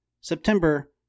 September